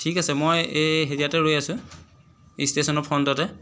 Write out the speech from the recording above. ঠিক আছে মই এই ইয়াতে ৰৈ আছো ষ্টেচনৰ ফ্ৰণ্টতে